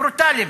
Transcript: ברוטליים,